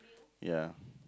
ya